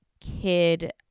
kid